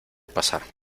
pasar